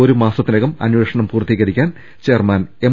ഒരു മാസത്തിനകം അന്വേഷണം പൂർത്തീകരിക്കാൻ ചെയർമാൻ എം